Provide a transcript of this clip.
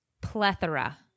Plethora